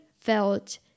felt